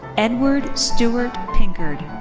edward stewart pinckard.